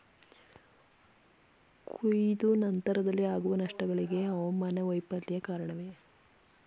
ಕೊಯ್ಲು ನಂತರದಲ್ಲಿ ಆಗುವ ನಷ್ಟಗಳಿಗೆ ಹವಾಮಾನ ವೈಫಲ್ಯ ಕಾರಣವೇ?